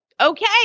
okay